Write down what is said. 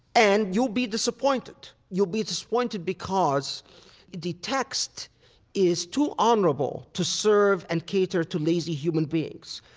and you'll be disappointed. you'll be disappointed because the text is too honorable to serve and cater to lazy human beings.